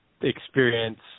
experience